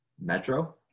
Metro